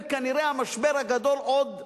וכנראה המשבר הגדול עוד לפניהם,